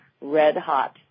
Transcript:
red-hot